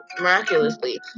Miraculously